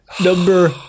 Number